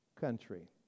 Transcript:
country